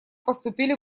поступили